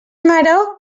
maror